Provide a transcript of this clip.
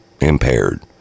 Impaired